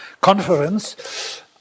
conference